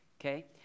okay